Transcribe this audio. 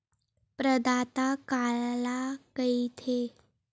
प्रदाता काला कइथे?